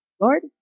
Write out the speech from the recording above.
Lord